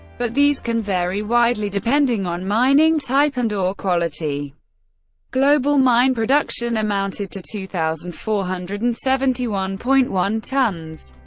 but these can vary widely depending on mining type and ore quality global mine production amounted to two thousand four hundred and seventy one point one tonnes.